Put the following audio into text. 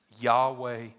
Yahweh